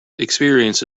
experience